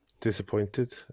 Disappointed